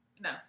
No